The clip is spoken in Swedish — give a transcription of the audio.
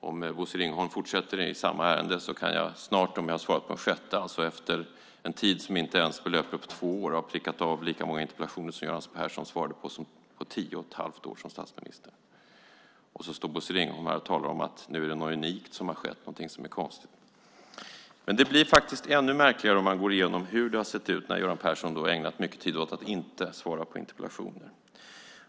Om Bosse Ringholm fortsätter i samma ärende kan jag snart, när jag har svarat på den sjätte, innan ens två år har förlöpt ha prickat av lika många interpellationer som Göran Persson svarade på under tio och ett halvt år som statsminister. Och nu står Bosse Ringholm här och talar om att det är något unikt som har skett, någonting som är konstigt. Men det blir ännu märkligare om man går igenom hur det har sett ut när Göran Persson ägnat mycket tid åt att inte svara på interpellationer.